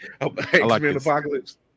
Apocalypse